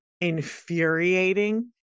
infuriating